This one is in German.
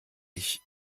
ich